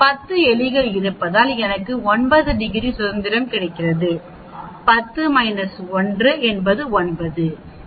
10 எலிகள் இருப்பதால் எனக்கு 9 டிகிரி சுதந்திரம் கிடைக்கிறது 10 1 என்பது 9 இது 1